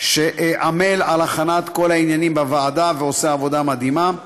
שעמל על הכנת כל העניינים בוועדה ועושה עבודה מדהימה.